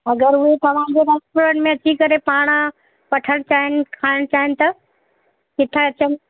अगरि हू तव्हांजो रेस्टोरंट में अची करे पाण वठण चाहिन खाइण चाहिन त किथे अचनि